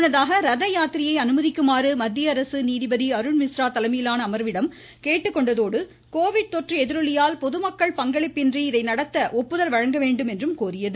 முன்னதாக ரத யாத்திரையை அனுமதிக்குமாறு மத்திய அரசு நீதிபதி அருண்மிஸ்ரா தலைமையிலான அமர்விடம் கேட்டுக்கொண்டதோடு கோவிட் தொற்று எதிரொலியால் பொதுமக்கள் பங்களிப்பின்றி இதை நடத்த ஒப்புதல் வழங்க வேண்டும் என்றும் கோரியது